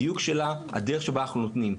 הדיוק שלה והדרך בה אנחנו נותנים אותה.